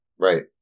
Right